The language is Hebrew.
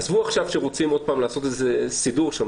עזבו שעכשיו רוצים עוד פעם לעשות איזה סידור שם,